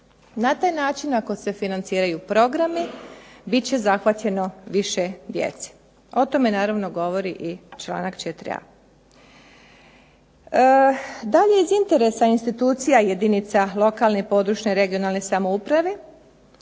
Na taj način ako se financiraju programi bit će zahvaćeno više djece. O tome govori i članak 4.a. Dalje iz interesa institucija jedinica lokalne i područne (regionalne) samouprave